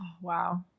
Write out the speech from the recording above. Wow